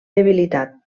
debilitat